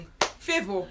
Favor